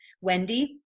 Wendy